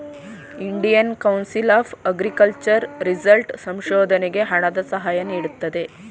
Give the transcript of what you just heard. Indian council of agriculture result ಸಂಶೋಧನೆಗೆ ಹಣದ ಸಹಾಯ ನೀಡುತ್ತದೆ